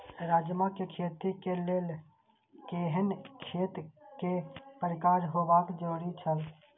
राजमा के खेती के लेल केहेन खेत केय प्रकार होबाक जरुरी छल?